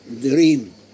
dream